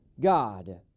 God